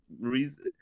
reason